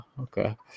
okay